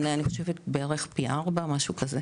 אני חושבת בערך פי ארבע, משהו כזה.